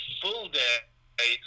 full-day